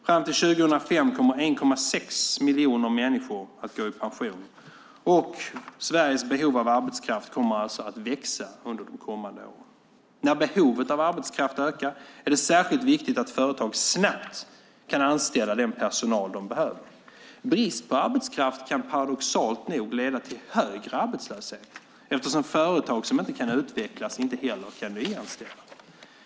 Fram till 2025 kommer 1,6 miljoner människor att gå i pension, och Sveriges behov av arbetskraft kommer alltså att växa under de kommande åren. När behovet av arbetskraft ökar är det särskilt viktigt att företag snabbt kan anställa den personal de behöver. Brist på arbetskraft kan paradoxalt nog leda till högre arbetslöshet, eftersom företag som inte kan utvecklas inte heller kan nyanställa.